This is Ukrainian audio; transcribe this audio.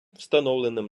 встановленим